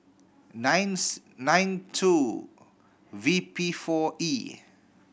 nine nine two V P four E